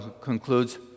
concludes